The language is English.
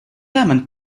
lemon